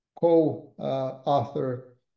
co-author